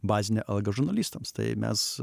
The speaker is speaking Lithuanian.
bazinę algą žurnalistams tai mes